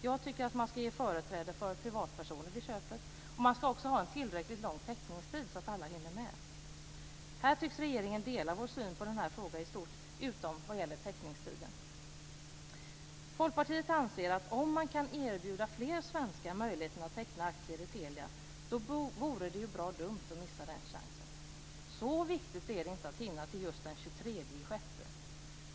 Jag tycker att man ska ge företräde för privatpersoner vid försäljningen, och man ska också ha en tillräckligt lång teckningstid, så att alla hinner med. Regeringen tycks i stort dela vår syn i den här frågan utom vad gäller teckningstiden. Folkpartiet anser att om man kan erbjuda fler svenskar möjlighet att teckna aktier i Telia, så vore det bra dumt att missa den chansen. Så viktigt är det inte att hinna till just den 23 juni.